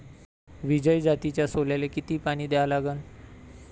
विजय जातीच्या सोल्याले किती पानी द्या लागन?